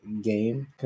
game